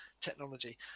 technology